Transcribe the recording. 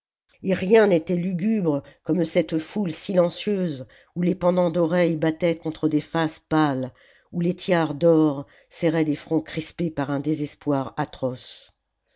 et rien n'était lugubre comme cette foule silencieuse où les pendants d'oreilles battaient contre des faces pâles où les tiares d'or serraient des fronts crispés par un désespoir atroce